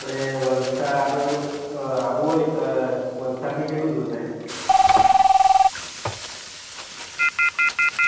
આપણે વલસાડ આપણે આવવું હોય તો વલસાડથી કેટલું દૂર થાય